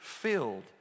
filled